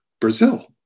Brazil